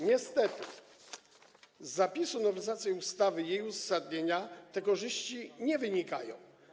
Niestety z zapisów nowelizacji ustawy i jej uzasadnienia te korzyści nie wynikają.